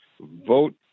vote